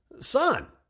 son